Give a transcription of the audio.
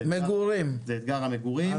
אתגר המגורים.